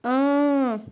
اۭں